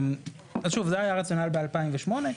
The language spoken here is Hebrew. שוב, זה היה הרציונל ב-2008.